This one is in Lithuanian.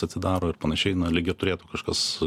atsidaro ir panašiai na lyg ir turėtų kažkas